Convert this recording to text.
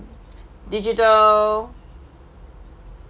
digital